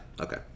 Okay